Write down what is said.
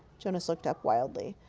jonas looked up wildly.